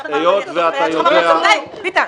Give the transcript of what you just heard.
------ די, ביטן.